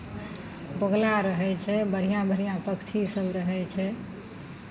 बगुला रहै छै बढ़िआँ बढ़िआँ पक्षीसभ रहै छै